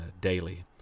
daily